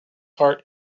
heart